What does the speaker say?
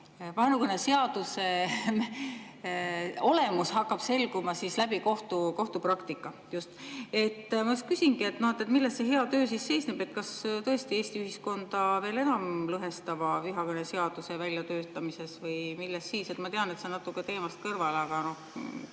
vaenukõneseaduse olemus hakkab selguma läbi kohtupraktika. Ma küsingi: milles see hea töö siis seisneb? Kas tõesti Eesti ühiskonda veel enam lõhestava vihakõneseaduse väljatöötamises? Või milles? Ma tean, et see on natuke teemast kõrvale, aga